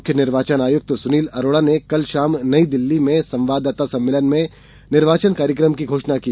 मुख्य निर्वाचन आयुक्त सुनील अरोड़ा ने कल शाम नई दिल्ली में संवाददाता सम्मेलन में निर्वाचन कार्यक्रम की घोषणा की